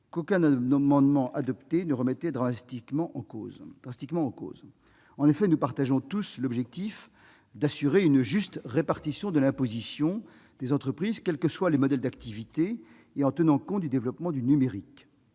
qu'aucun amendement adopté ne tendait à remettre drastiquement en cause. En effet, nous partageons tous l'objectif d'assurer une juste répartition de l'imposition des entreprises, quels que soient leurs modèles d'activité, répartition qui tienne compte du développement du numérique.